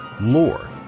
lore